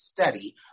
study